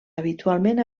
habitualment